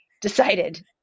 decided